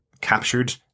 captured